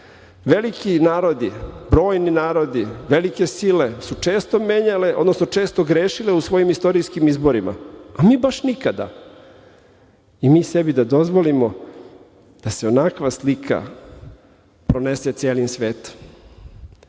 Veliki narodi, brojni narodi, velike sile su često grešile u svojim istorijskim izborima, a mi baš nikada. I mi sebi da dozvolimo da se onakva slika pronese celim svetom. Ovde